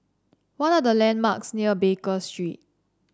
what are the landmarks near Baker Street